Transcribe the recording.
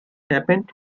happened